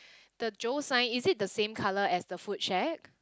the Joe sign is it the same colour as the food shack